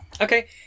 Okay